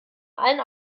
allen